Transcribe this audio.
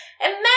Imagine